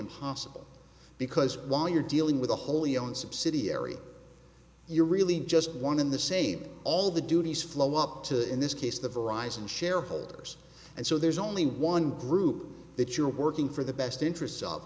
impossible because while you're dealing with a wholly owned subsidiary you're really just one in the same all the duties flow up to in this case of arisan shareholders and so there's only one group that you're working for the best interests